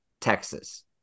Texas